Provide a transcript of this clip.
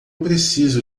preciso